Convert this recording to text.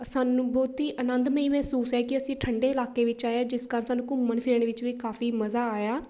ਸਾਨੂੰ ਬਹੁਤ ਹੀ ਆਨੰਦਮਈ ਮਹਿਸੂਸ ਹੋਇਆ ਕਿ ਅਸੀਂ ਠੰਡੇ ਇਲਾਕੇ ਵਿੱਚ ਆਏ ਹਾਂ ਜਿਸ ਕਾਰਨ ਸਾਨੂੰ ਘੁੰਮਣ ਫਿਰਨ ਵਿੱਚ ਵੀ ਕਾਫੀ ਮਜ਼ਾ ਆਇਆ